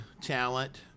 talent